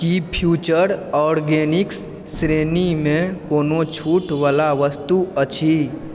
की Future Organics श्रेणीमे कोनो छूटवला वस्तु अछि